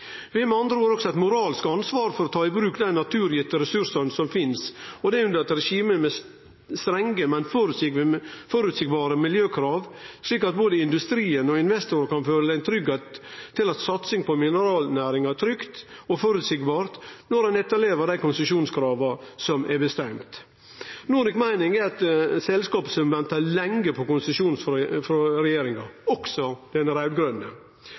Vi har med andre ord også eit moralsk ansvar for å ta i bruk dei naturgitte ressursane som finst, og det under eit regime med strenge, men føreseielege miljøkrav, slik at både industrien og investorar kan føle seg trygge på at satsing på mineralnæringa er trygg og føreseieleg, når ein etterlever dei konsesjonskrava som er bestemde. Nordic Mining er eit selskap som har venta lenge på konsesjon frå regjeringa, også den